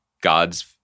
gods